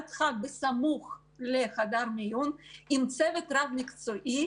דחק בסמוך לחדר מיון עם צוות רב-מקצועי.